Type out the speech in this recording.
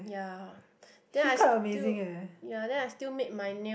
yeah then I still yeah then I still made my nails